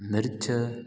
मिर्च